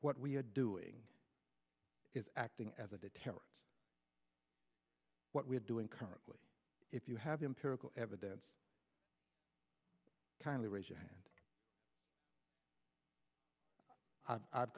what we're doing is acting as a terrorist what we're doing currently if you have empirical evidence kindly raise your hand i've